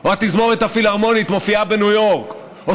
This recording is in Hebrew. או התזמורת הפילהרמונית מופיעה בניו יורק או